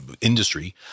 industry